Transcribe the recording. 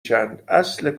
چند، اصل